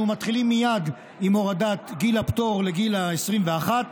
אנחנו מתחילים מיד עם הורדת גיל הפטור לגיל 21,